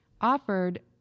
offered